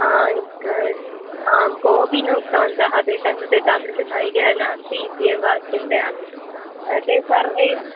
आं कोपि न उक्तवन्तः तेषां कृते तादृशधैर्यं नास्ति इत्येव चिन्तयामि ते सर्वे